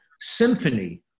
symphony